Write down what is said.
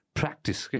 practice